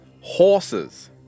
horses